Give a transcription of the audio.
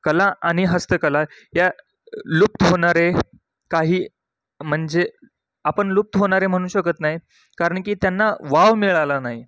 कला आणि हस्तकला या लुप्त होणारे काही म्हणजे आपण लुप्त होणारे म्हणू शकत नाही कारण की त्यांना वाव मिळाला नाही